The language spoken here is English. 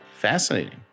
fascinating